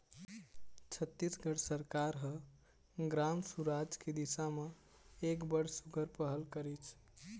छत्तीसगढ़ सरकार ह ग्राम सुराज के दिसा म एक बड़ सुग्घर पहल करिस